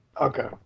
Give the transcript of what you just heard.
Okay